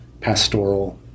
pastoral